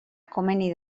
komeni